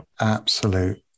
absolute